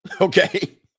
Okay